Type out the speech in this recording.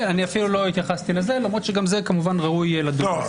אני אפילו לא התייחסתי לזה למרות שגם כמובן ראוי לדון בזה.